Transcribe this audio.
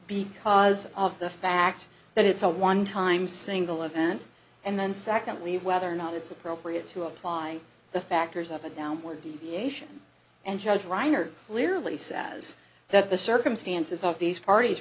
because of the fact that it's a one time single event and then secondly whether or not it's appropriate to apply the factors of a downward deviation and judge reiner clearly says that the circumstances of these parties